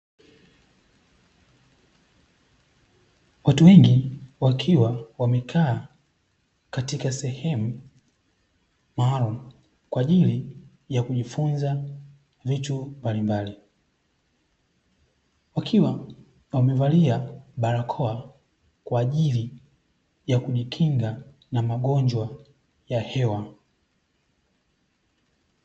Watu wengi wakiwa wamekaa katika sehemu maalumu, kwa ajili ya kujifunza vitu mbalimbali, wakiwa wamevalia barakoa kwa ajili ya kujikinga na magonjwa ya hewa.